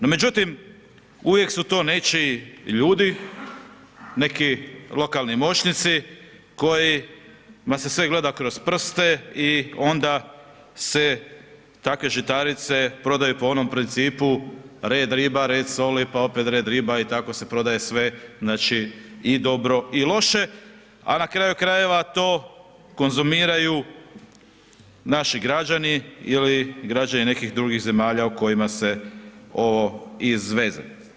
No, međutim, uvijek su tu nečiji ljudi, neki lokalni moćnici kojima se sve gleda kroz prste i onda se takve žitarice prodaju po onom principu, red riba, red soli, pa opet red riba i tako se prodaje sve i dobro i loše, a na kraju krajeva, to konzumiraju naši građani ili građani nekih drugih zemalja u kojima se ovo izveze.